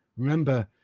remember,